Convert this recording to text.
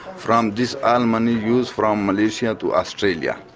from this and money used from malaysia to australia.